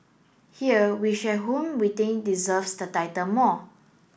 here we share whom we think deserves the title more